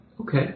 Okay